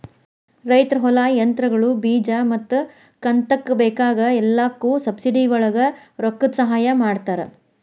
ರೈತರ ಹೊಲಾ, ಯಂತ್ರಗಳು, ಬೇಜಾ ಮತ್ತ ಕಂತಕ್ಕ ಬೇಕಾಗ ಎಲ್ಲಾಕು ಸಬ್ಸಿಡಿವಳಗ ರೊಕ್ಕದ ಸಹಾಯ ಮಾಡತಾರ